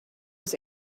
was